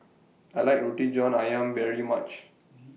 I like Roti John Ayam very much